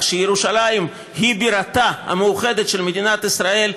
שירושלים היא בירתה המאוחדת של מדינת ישראל,